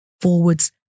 forwards